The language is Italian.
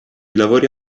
lavori